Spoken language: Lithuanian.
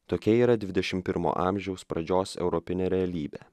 tokia yra dvidešim pirmo amžiaus pradžios europinė realybė